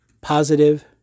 positive